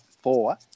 four